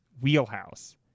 wheelhouse